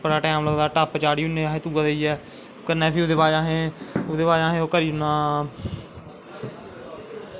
बड़ा टैम ललगदा टप्प चाढ़ी ओड़ने असैं तुगा देईयै कन्नै फ्ही ओह्दै बाद असैं ओह् करी ओड़ना